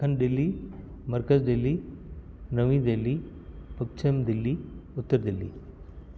ॾखिण दिल्ली मर्कज दिल्ली नवी दिल्ली पश्चिम दिल्ली उत्तर दिल्ली